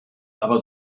aber